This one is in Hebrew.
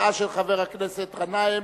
13 בעד, 35 נגד, אין נמנעים.